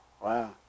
Wow